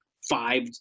five